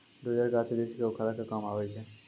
dozer, गाछ वृक्ष क उखाड़े के काम आवै छै